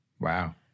Wow